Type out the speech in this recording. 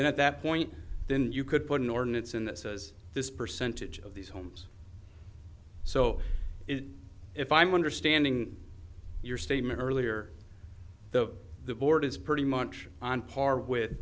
then at that point then you could put an ordinance in that says this percentage of these homes so if i'm understanding your statement earlier the the board is pretty much on par with